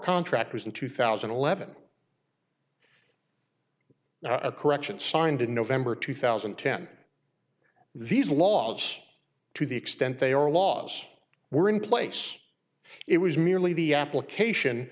contractors in two thousand and eleven a correction signed in november two thousand and ten these laws to the extent they are laws were in place it was merely the application